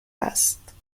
است